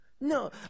No